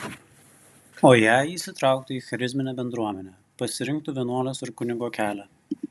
o jei įsitrauktų į charizminę bendruomenę pasirinktų vienuolės ar kunigo kelią